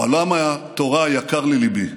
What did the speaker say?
עולם התורה יקר לליבי,